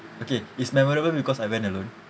okay it's memorable because I went alone